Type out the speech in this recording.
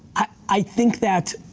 i think that,